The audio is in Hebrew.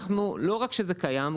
לא רק שזה קיים,